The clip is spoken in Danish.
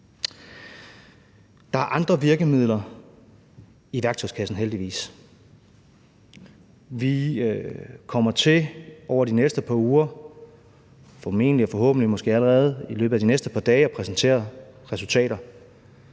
Der er andre virkemidler i værktøjskassen, heldigvis. Vi kommer til over de næste par uger formentlig – og forhåbentlig måske allerede i løbet af de næste par dage – at præsentere resultater.